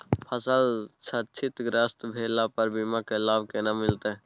फसल क्षतिग्रस्त भेला पर बीमा के लाभ केना मिलत?